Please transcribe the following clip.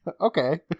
Okay